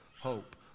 hope